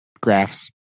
graphs